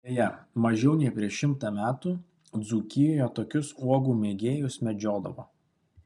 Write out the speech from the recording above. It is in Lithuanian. beje mažiau nei prieš šimtą metų dzūkijoje tokius uogų mėgėjus medžiodavo